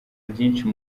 byinshi